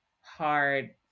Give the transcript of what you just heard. hard